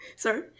Sorry